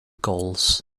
goals